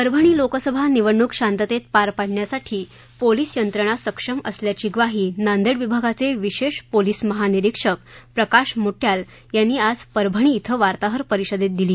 परभणी लोकसभा निवडणूक शांततेत पार पाडण्यासाठी पोलीस यंत्रणा सक्षम असल्याची ग्वाही नांदेड विभागाचे विशेष पोलीस महानिरिक्षक प्रकाश मुट्याल यांनी आज परभणी क्रि वार्ताहर परिषदेत दिली